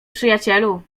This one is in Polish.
przyjacielu